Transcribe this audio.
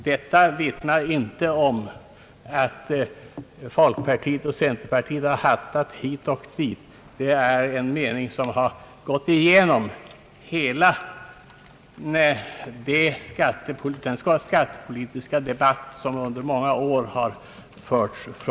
Detta vittnar inte om att folkpartiet och centerpartiet har »hattat» hit och dit, som statsministern påstod. Vi har haft en och samma mening som gått igenom hela den skattepolitiska debatt vi fört under många år.